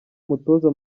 umutoza